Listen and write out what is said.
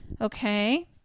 Okay